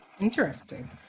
Interesting